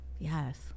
Yes